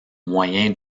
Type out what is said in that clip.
moyen